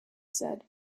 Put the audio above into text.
said